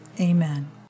Amen